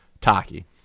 Taki